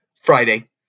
Friday